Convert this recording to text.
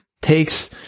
takes